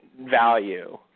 value